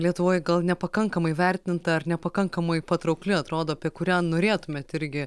lietuvoje gal nepakankamai įvertinta ar nepakankamai patraukli atrodo apie kurią norėtumėte irgi